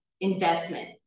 investment